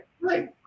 Right